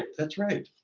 that's right.